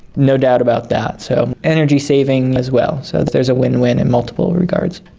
no doubt about that. so energy saving as well, so there's a win-win in multiple regards.